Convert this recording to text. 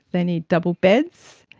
they need double beds,